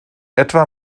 etwa